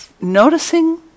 Noticing